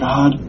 God